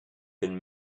been